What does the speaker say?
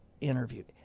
interviewed